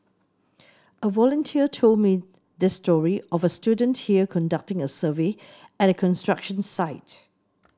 a volunteer told me this story of a student here conducting a survey at a construction site